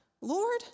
Lord